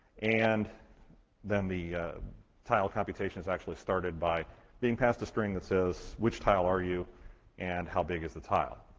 and then the tile computation is actually started by being passed a string that says which tile are you and how big is the tile?